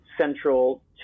central